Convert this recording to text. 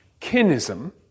Kinism